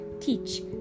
teach